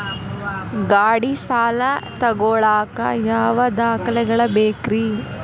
ಗಾಡಿ ಸಾಲ ತಗೋಳಾಕ ಯಾವ ದಾಖಲೆಗಳ ಬೇಕ್ರಿ?